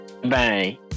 Bye